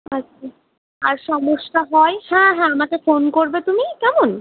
আচ্ছা আর সমস্যা হয় হ্যাঁ হ্যাঁ আমাকে ফোন করবে তুমি কেমন